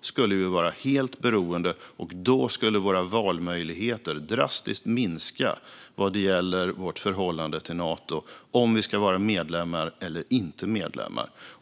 skulle vi vara helt beroende, och då skulle våra valmöjligheter drastiskt minska vad gäller vårt förhållande till Nato och om vi ska vara medlemmar eller inte.